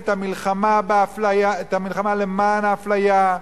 את המלחמה למען האפליה,